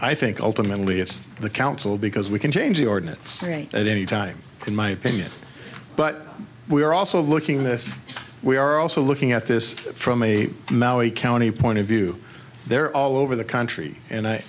i think ultimately it's the council because we can change the ordinance right at any time in my opinion but we are also looking that we are also looking at this from a maui county point of view they're all over the country and i